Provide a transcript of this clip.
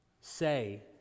say